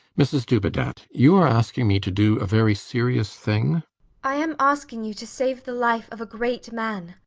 mrs dubedat you are asking me to do a very serious thing i am asking you to save the life of a great man.